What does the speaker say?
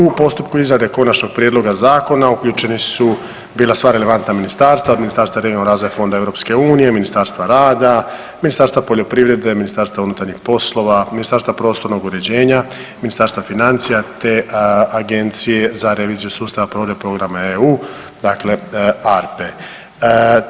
U postupku izrade Konačnog prijedloga zakona uključeni su bila sva relevantna ministarstva od Ministarstva regionalnog razvoja i fondova Europske unije, Ministarstva rada, Ministarstva poljoprivrede, Ministarstva unutarnjih poslova, Ministarstva prostornog uređenja, Ministarstva financija te Agencije za reviziju sustava provedbe programa EU dakle ARPA-e.